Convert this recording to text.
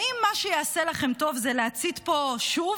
האם מה שיעשה לכם טוב זה להצית פה שוב